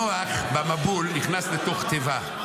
נוח במבול נכנס לתוך תיבה.